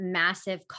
massive